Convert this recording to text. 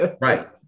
Right